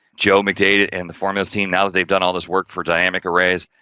joe mcdade and the formulas team, now that they've done all this work for dynamic arrays.